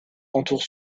entoure